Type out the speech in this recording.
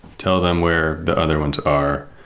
tell them where the other ones are.